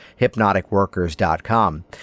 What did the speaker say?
hypnoticworkers.com